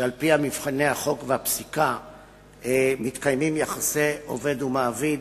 שעל-פי מבחני החוק והפסיקה מתקיימים יחסי עובד ומעביד